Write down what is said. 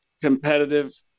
competitive